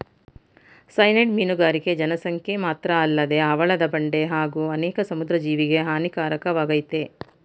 cyanide ಮೀನುಗಾರಿಕೆ ಜನಸಂಖ್ಯೆ ಮಾತ್ರಅಲ್ಲದೆ ಹವಳದ ಬಂಡೆ ಹಾಗೂ ಅನೇಕ ಸಮುದ್ರ ಜೀವಿಗೆ ಹಾನಿಕಾರಕವಾಗಯ್ತೆ